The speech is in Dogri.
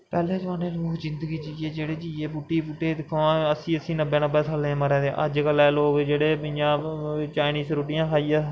पैह्ले जमाने च जिन्दगी जिये बुड्डी बुड्डे दिक्खो हां अस्सी अस्सी नब्बैं नब्बैं साल्लें दे मरा दे अजै कल्लै दै लोग इ''यां चाईनिस रुट्टियां खाइयै